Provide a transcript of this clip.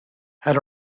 had